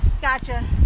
Gotcha